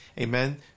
Amen